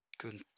Good